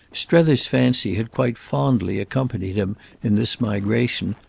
strether's fancy had quite fondly accompanied him in this migration,